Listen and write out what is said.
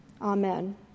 Amen